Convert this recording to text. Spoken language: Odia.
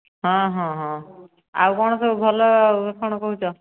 ହଁ ହଁ ହଁ ଆଉ ସବୁ କ'ଣ ଭଲ କ'ଣ କହୁଛ